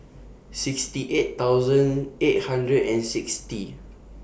sixty eight thousand eight hundred and sixty